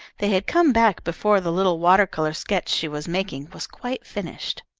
they had come back before the little water-colour sketch she was making was quite finished.